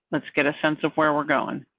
let's get a sense of where we're going.